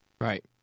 right